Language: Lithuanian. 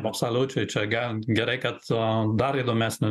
absoliučiai čia ge gerai kad a dar įdomesni